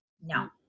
no